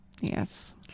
yes